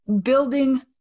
building